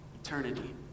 eternity